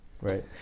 right